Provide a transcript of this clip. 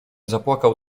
zapłakał